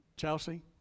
Chelsea